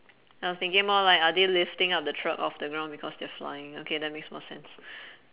I was thinking more like are they lifting up the truck off the ground because they're flying okay that makes more sense